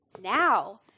now